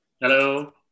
Hello